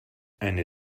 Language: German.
eine